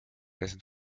dessen